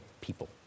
people